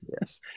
yes